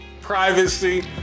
privacy